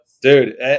Dude